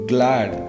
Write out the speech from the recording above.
Glad